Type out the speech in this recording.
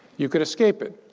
you could escape it.